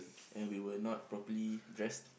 and we were not properly dressed